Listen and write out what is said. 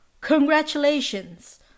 congratulations